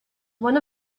one